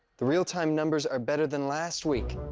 the real time numbers are better than last week.